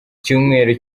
icyumweru